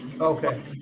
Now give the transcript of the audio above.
Okay